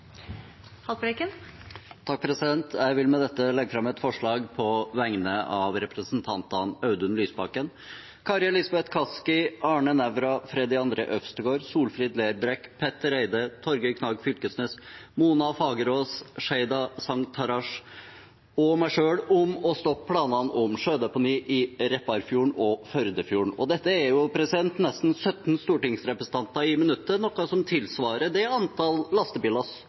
Jeg vil med dette legge fram et representantforslag på vegne av representantene Audun Lysbakken, Kari Elisabeth Kaski, Arne Nævra, Freddy André Øvstegård, Solfrid Lerbrekk, Petter Eide, Torgeir Knag Fylkesnes, Mona Fagerås, Sheida Sangtarash og meg selv om å stanse planene om sjødeponi i Repparfjorden og Førdefjorden. Dette er jo nesten 17 stortingsrepresentanter i minuttet, noe som tilsvarer det antallet lastebillass